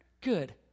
good